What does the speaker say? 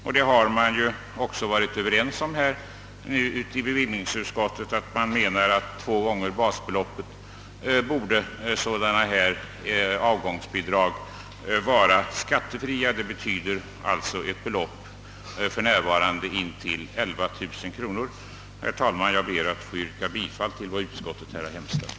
Vi har också varit ense i bevillningsutskottet om att sådana avgångsbidrag upp till två gånger basbeloppet, vilket för närvarande betyder intill 11 000 kronor, borde vara skattefria. Herr talman! Jag ber att få yrka bifall till vad utskottet hemställt.